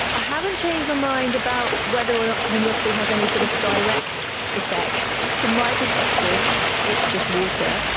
i haven't changed my mind about whether or not homoeopathy has any sort of direct effect. from my perspective it's just water.